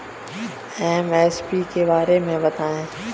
MSP के बारे में बतायें?